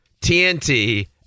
TNT